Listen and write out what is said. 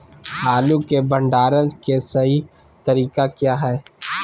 आलू के भंडारण के सही तरीका क्या है?